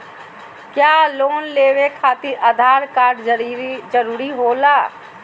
क्या लोन लेवे खातिर आधार कार्ड जरूरी होला?